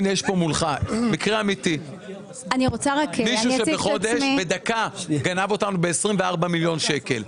מקרה אמיתי של מישהו שבחודש גנב אותנו ב-24 מיליון שקלים.